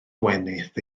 gwenith